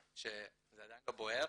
שזה עדיין לא בוער